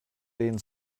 den